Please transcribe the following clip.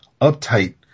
uptight